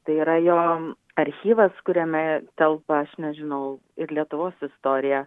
tai yra jo archyvas kuriame telpa aš nežinau ir lietuvos istorija